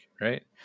right